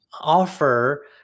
offer